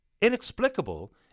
inexplicable